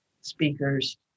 speakers